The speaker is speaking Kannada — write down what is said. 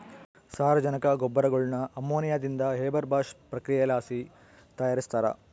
ಸಾರಜನಕ ಗೊಬ್ಬರಗುಳ್ನ ಅಮೋನಿಯಾದಿಂದ ಹೇಬರ್ ಬಾಷ್ ಪ್ರಕ್ರಿಯೆಲಾಸಿ ತಯಾರಿಸ್ತಾರ